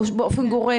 או באופן גורף,